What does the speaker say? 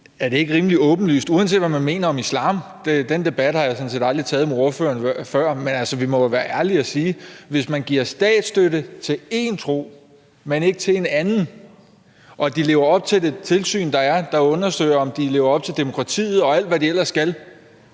er det her ikke rimelig åbenlyst, uanset hvad man mener om islam? Den debat har jeg sådan set aldrig taget med ordføreren før, men altså, vi må da være ærlige og sige: Hvis man giver statsstøtte til én tro, men ikke til en anden, og de lever op til det tilsyn, der er, som undersøger, om de lever op til demokratiet og alt, hvad de ellers skal,